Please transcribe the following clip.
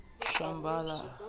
Shambhala